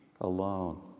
alone